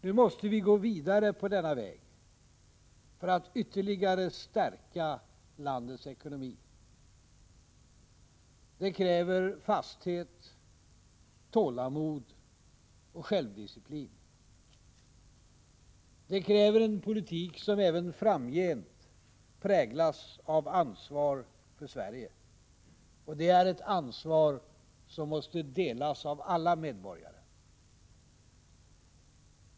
Nu måste vi gå vidare på denna väg för att ytterligare stärka landets ekonomi. Det kräver fasthet, tålamod och självdisciplin. Det kräver en politik som även framgent präglas av ansvar för Sverige. Det är ett ansvar som måste delas av alla medborgare.